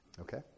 okay